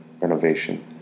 renovation